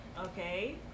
okay